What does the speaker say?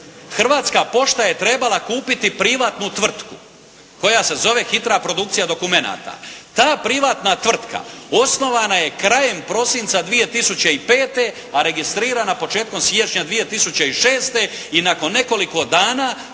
Hrvatska pošta je trebala kupiti privatnu tvrtku koja se zove hitra produkcija dokumenata. Ta privatna tvrtka osnovana je krajem prosinca 2005. a registrirana početkom siječnja 2006. i nakon nekoliko dana